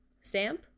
Stamp